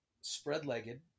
spread-legged